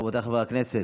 רבותיי חברי הכנסת,